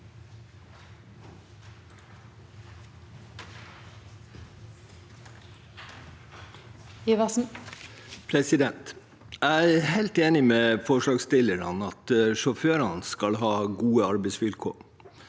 Jeg er helt enig med forslagsstillerne i at sjåførene skal ha gode arbeidsvilkår,